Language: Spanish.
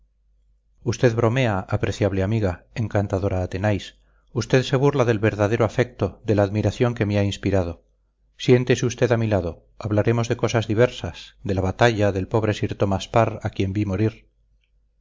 usted bromea apreciable amiga encantadora athenais usted se burla del verdadero afecto de la admiración que me ha inspirado siéntese usted a mi lado hablaremos de cosas diversas de la batalla del pobre sir thomas parr a quien vi morir